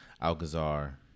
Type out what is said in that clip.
Alcazar